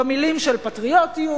במלים של פטריוטיות,